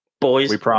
Boys